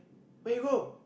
where you go